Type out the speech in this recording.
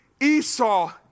Esau